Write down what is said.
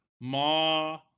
ma